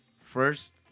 first